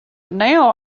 now